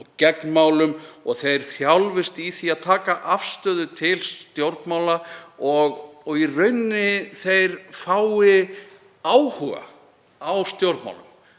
og gegn málum og þeir þjálfist í því að taka afstöðu til stjórnmála og fái áhuga á stjórnmálum